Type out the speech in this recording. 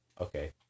okay